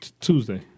Tuesday